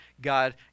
God